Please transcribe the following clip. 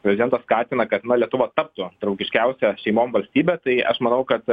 prezidentas skatina kad na lietuva taptų draugiškiausia šeimom valstybe tai aš manau kad